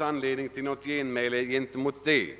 anledning att invända mot detta uttalande.